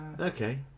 Okay